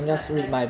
but but